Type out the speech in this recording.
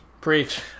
Preach